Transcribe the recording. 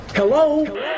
Hello